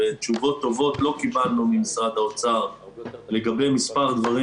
ותשובות טובות לא קיבלנו ממשרד האוצר לגבי מספר דברים